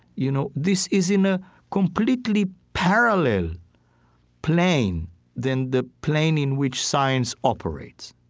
you know, this is in a completely parallel plane than the plane in which science operates.